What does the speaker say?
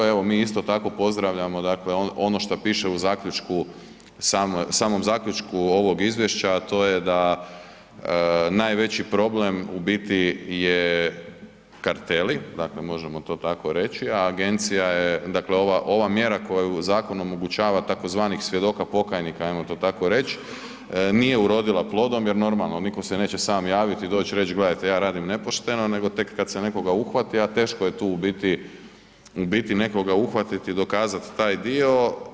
Evo, mi isto tako pozdravljamo dakle ono šta piše u zaključku, samom zaključku ovog izvješća, a to je da najveći problem u biti je karteli, dakle možemo to tako reći, a agencija je, dakle ova mjera koju zakon omogućava tj. svjedoka pokajnika, ajmo to tako reći, nije urodila plodom jer normalno nitko se neće sam javiti i doći reći, gledajte ja radim nepošteno, nego tek kad se nekoga uhvati, a teško je tu u biti nekoga uhvatiti i dokazat taj dio.